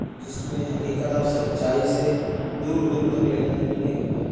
جس میں حقیقت اور سچائی سے دور دور تک لینا دینا نہیں ہوتا ہے